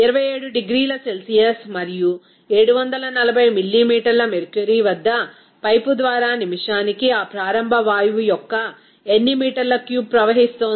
27 డిగ్రీల సెల్సియస్ మరియు 740 మిల్లీమీటర్ల మెర్క్యురీ వద్ద పైపు ద్వారా నిమిషానికి ఆ ప్రారంభ వాయువు యొక్క ఎన్ని మీటర్ల క్యూబ్ ప్రవహిస్తోంది